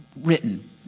written